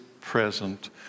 present